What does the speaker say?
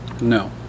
No